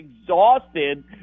exhausted